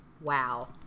wow